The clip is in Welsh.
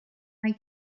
mae